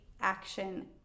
action